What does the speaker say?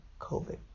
COVID